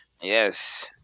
Yes